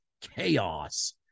Chaos